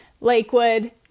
Lakewood